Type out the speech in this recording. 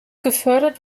gefördert